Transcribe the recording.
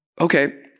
Okay